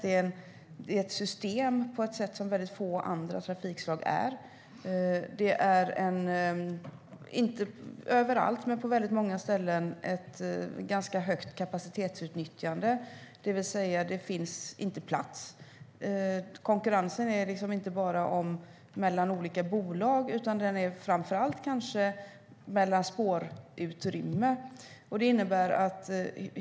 Det är ett system på ett sätt som väldigt få andra trafikslag är. Kapacitetsutnyttjandet är ganska stort, inte överallt men på väldigt många ställen, det vill säga: Det finns inte plats. Det är inte bara konkurrens mellan olika bolag, utan framför allt är det konkurrens om spårutrymme.